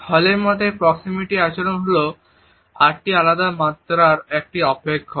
হল এর মতে প্রক্সিমিটি আচরণ হল আটটি আলাদা মাত্রার একটি অপেক্ষক